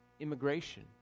immigration